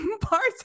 parts